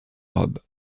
robe